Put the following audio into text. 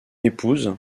épouse